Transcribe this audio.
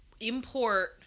import